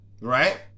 right